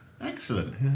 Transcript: Excellent